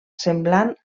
semblant